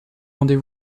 rendez